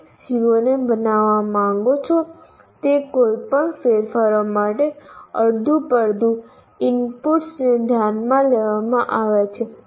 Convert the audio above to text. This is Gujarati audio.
તમે CO બનાવવા માંગો છો તે કોઈપણ ફેરફારો માટે અડધુપડધુ ઇનપુટ્સને ધ્યાનમાં લેવામાં આવે છે